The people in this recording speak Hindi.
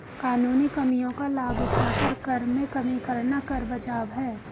कानूनी कमियों का लाभ उठाकर कर में कमी करना कर बचाव है